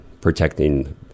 protecting